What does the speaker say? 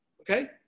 Okay